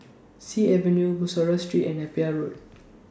Sea Avenue Bussorah Street and Napier Road